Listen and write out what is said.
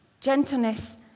Gentleness